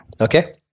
Okay